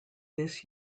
this